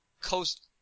Coast